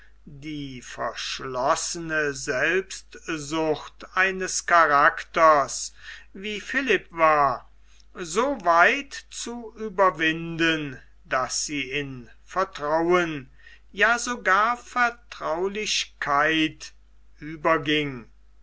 die verschlossene selbstsucht eines charakters wie philipp war so weit zu überwinden daß sie in vertrauen ja sogar vertraulichkeit überging